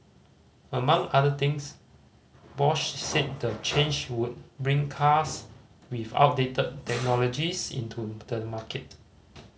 among other things Bosch said the change would bring cars with outdated technologies into the market